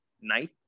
night